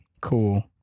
Cool